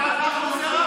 אתם הצעתם, ואנחנו סירבנו.